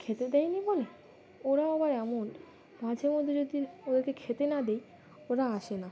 খেতে দেয়নি বলে ওরাও আবার এমন মাঝেমধ্যে যদি ওদেরকে খেতে না দিই ওরা আসে না